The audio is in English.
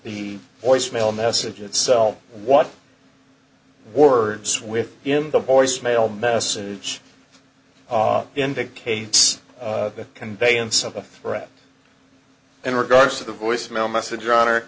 the voicemail message itself what words with him the voicemail message indicates the conveyance of a threat in regards to the voicemail message or h